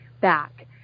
back